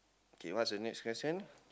K what's the next question